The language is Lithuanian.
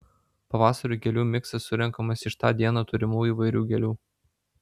pavasario gėlių miksas surenkamas iš tą dieną turimų įvairių gėlių